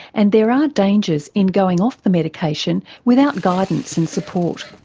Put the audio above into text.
and there are dangers in going off the medication without guidance and support.